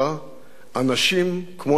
אנשים כמו שגנדי היה.